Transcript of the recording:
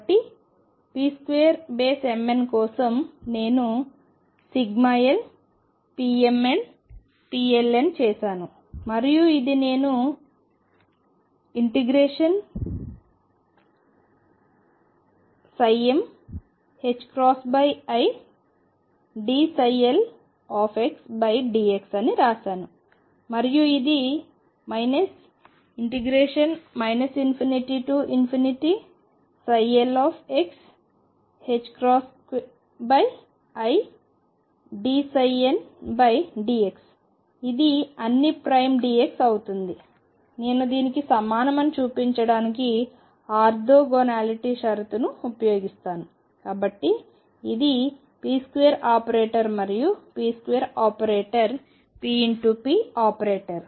కాబట్టి pmn2 కోసం నేనుlpmlpln చేసాను మరియు ఇది నేను ∫midlxdx అనిరాసాను మరియు ఇది ∞lxidn dx ఇది అన్ని ప్రైమ్ dx అప్పుడు నేను దీనికి సమానం అని చూపించడానికి ఆర్తోగోనాలిటీ షరతును ఉపయోగిస్తాను∫mx 2d2dx2ndx కాబట్టి ఇది p2 ఆపరేటర్ మరియు p2 operator p p operator